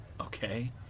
Okay